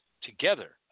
together